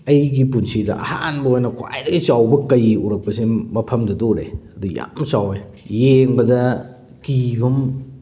ꯑꯩꯒꯤ ꯄꯨꯟꯁꯤꯗ ꯑꯍꯥꯟꯕ ꯑꯣꯏꯅ ꯈ꯭ꯋꯥꯏꯗꯒꯤ ꯆꯥꯎꯕ ꯀꯩ ꯎꯔꯛꯄꯁꯦ ꯃꯐꯝꯗꯨꯗ ꯎꯔꯛꯑꯦ ꯑꯗꯨ ꯌꯥꯝ ꯆꯥꯎꯋꯦ ꯌꯦꯡꯕꯗ ꯀꯤꯕ ꯑꯃ